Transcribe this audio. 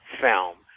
film